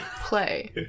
play